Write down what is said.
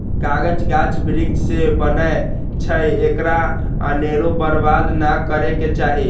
कागज गाछ वृक्ष से बनै छइ एकरा अनेरो बर्बाद नऽ करे के चाहि